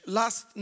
last